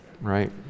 right